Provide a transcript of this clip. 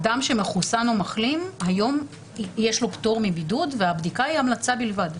אדם שמחוסן או מחלים היום יש לו פטור מבידוד והבדיקה היא המלצה בלבד.